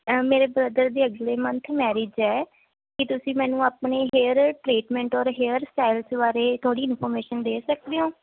ਮੇਰੇ ਬਰਦਰ ਦੀ ਅਗਲੇ ਮੰਥ ਮੈਰਿਜ ਹੈ ਕੀ ਤੁਸੀਂ ਮੈਨੂੰ ਆਪਣੀ ਹੇਅਰ ਟਰੀਟਮੈਂਟ ਔਰ ਹੇਅਰ ਸਟਾਈਲਸ ਬਾਰੇ ਥੋੜ੍ਹੀ ਇਨਫੋਰਮੇਸ਼ਨ ਦੇ ਸਕਦੇ ਓਂ